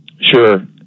Sure